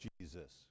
Jesus